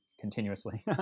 continuously